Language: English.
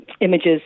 images